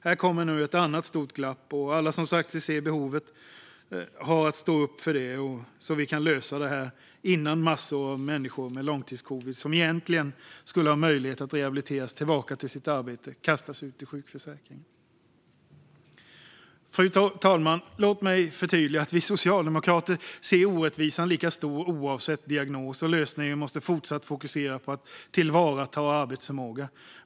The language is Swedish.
Här kommer nu ett annat stort glapp. Alla som sagt sig se behovet har att stå upp för det så att vi kan lösa detta innan massor av människor med långtidscovid, som egentligen skulle ha möjlighet att rehabiliteras tillbaka till sitt arbete, kastas ut ur sjukförsäkringen. Fru talman! Låt mig förtydliga att vi socialdemokrater ser orättvisan som lika stor oavsett diagnos, och lösningen måste fortsatt fokusera på att tillvarata arbetsförmåga.